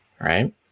right